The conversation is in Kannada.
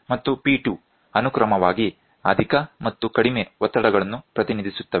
P1 ಮತ್ತು P2 ಅನುಕ್ರಮವಾಗಿ ಅಧಿಕ ಮತ್ತು ಕಡಿಮೆ ಒತ್ತಡಗಳನ್ನು ಪ್ರತಿನಿಧಿಸುತ್ತವೆ